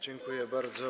Dziękuję bardzo.